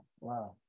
wow